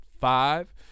five